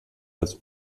als